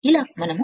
సరైనది